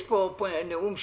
יש פה נאום שלי,